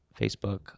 Facebook